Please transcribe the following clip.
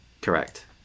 Correct